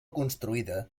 construïda